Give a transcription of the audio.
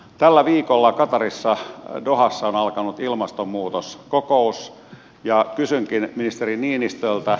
tällä viikolla qatarissa dohassa on alkanut ilmastonmuutoskokous ja kysynkin ministeri niinistöltä